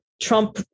Trump